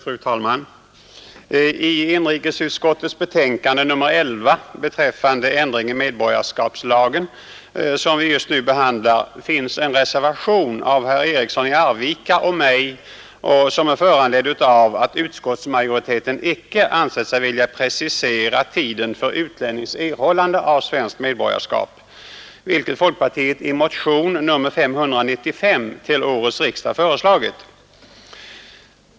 Fru talman! I inrikesutskottets betänkande nr 11 beträffande ändring i medborgarskapslagen, som vi just nu behandlar, finns en reservation av herr Eriksson i Arvika och mig som är föranledd av att utskottsmajoriteten icke ansett sig vilja precisera tiden för utlännings erhållande av svenskt medborgarskap, vilket folkpartiet i motionen 595 till årets riksdag föreslagit.